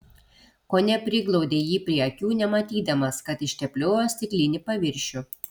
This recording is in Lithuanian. kone priglaudė jį prie akių nematydamas kad ištepliojo stiklinį paviršių